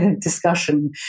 discussion